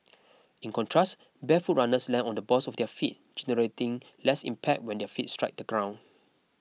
in contrast barefoot runners land on the balls of their feet generating less impact when their feet strike the ground